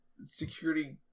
security